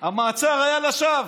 המעצר היה לשווא,